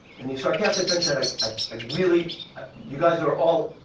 and the sarcastic fringehead, i i really you guys are all,